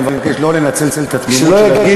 אני מבקש שלא לנצל את התמימות של היושב-ראש.